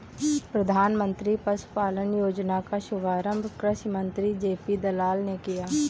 प्रधानमंत्री पशुपालन योजना का शुभारंभ कृषि मंत्री जे.पी दलाल ने किया